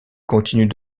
continue